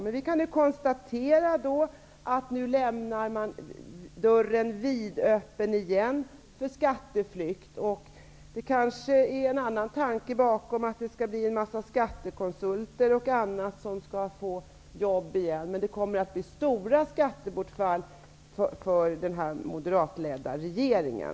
Men nu lämnas dörren för skatteflykt vidöppen igen. Det finns kanske en annan tanke bakom, att en massa skattekonsulter skall få jobb igen. Skattebortfallen kommer dock att bli stora för den här moderatledda regeringen.